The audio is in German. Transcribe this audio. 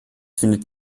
findet